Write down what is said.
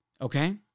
okay